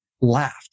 laughed